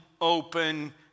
open